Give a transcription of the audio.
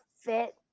fit